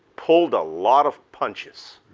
pulled a lot of punches.